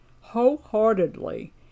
wholeheartedly